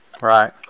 Right